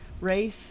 race